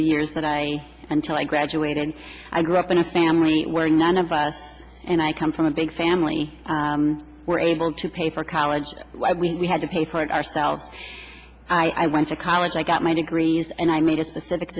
the years that i until i graduated and i grew up in a family where none of us and i come from a big family were able to pay for college we had to pay for it ourselves i went to college i got my degrees and i made a specific